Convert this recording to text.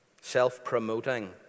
self-promoting